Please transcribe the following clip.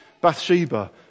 Bathsheba